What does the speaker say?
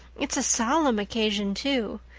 it's a solemn occasion too.